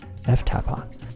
ftapon